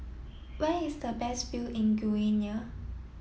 where is the best view in Guinea